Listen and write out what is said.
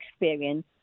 experience